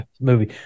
movie